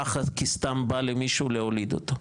ככה, כי סתם בא למישהו להוליד אותו.